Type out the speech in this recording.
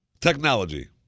Technology